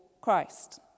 Christ